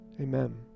Amen